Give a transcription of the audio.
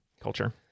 culture